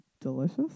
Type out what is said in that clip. delicious